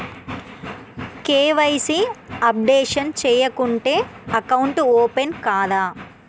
KYC updation చేయకుంటే account open కాదా?